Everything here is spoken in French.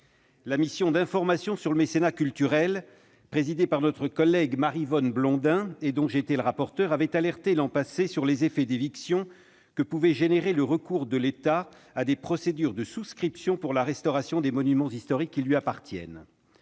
La mission d'information sur le mécénat culturel, qu'a présidée notre collègue Maryvonne Blondin et dont j'ai été le rapporteur, avait alerté l'an passé sur les effets d'éviction que pouvait entraîner le recours de l'État à des procédures de souscription pour la restauration des monuments historiques qui lui appartiennent.